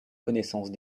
connaissance